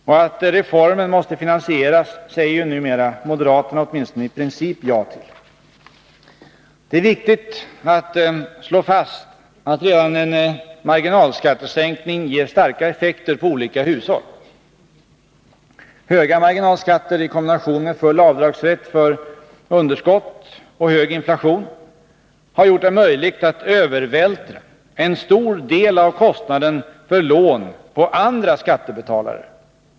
Och att reformen måste finansieras säger ju numera moderaterna åtminstone i princip ja till. Det är viktigt att slå fast att redan en marginalskattesänkning ger starka effekter på olika hushåll. Höga marginalskatter, i kombination med full avdragsrätt för underskott och hög inflation, har gjort det möjligt att övervältra en stor del av kostnaden för lån på andra skattebetalare.